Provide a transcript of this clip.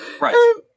right